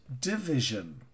division